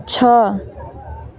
छः